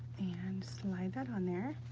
and slide that on there.